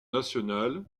nationale